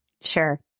Sure